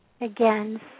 again